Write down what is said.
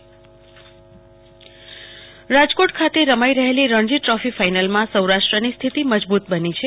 કલ્પના શાહ રણજી રાજકોટ ખાતે રમાઈ રહેલી રણજી દ્રોફી ફાઈનલમાં સૌરાષ્ટ્રની સ્થિતિ મજબુત બની છે